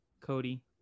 Cody